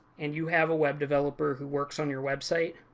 and you have a web developer who works on your website,